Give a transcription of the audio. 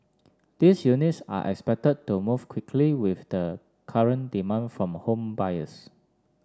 these units are expected to move quickly with the current demand from home buyers